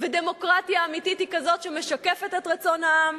ודמוקרטיה אמיתית היא כזאת שמשקפת את רצון העם,